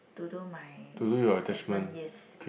to do my attachment yes